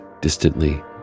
distantly